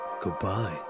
goodbye